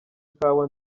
ikawa